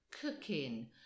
cooking